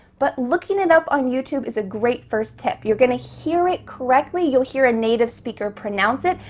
but looking it up on youtube is a great first tip. you're gonna hear it correctly. you'll hear a native speaker pronounce it,